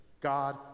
God